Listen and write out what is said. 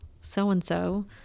so-and-so